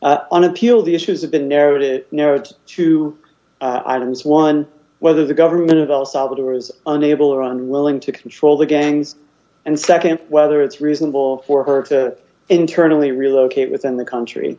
activities on appeal the issues have been narrowed it narrowed to items one whether the government of el salvador is unable or unwilling to control the gangs and nd whether it's reasonable for her to internally relocate within the country